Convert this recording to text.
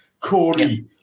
Corey